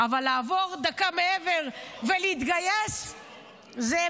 אבל לעבור דקה מעבר ולהתגייס לזה,